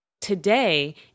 Today